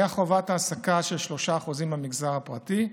היה חובת העסקה של 3% במגזר הפרטי.